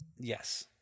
Yes